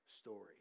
story